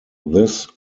this